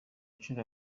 nshuro